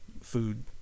food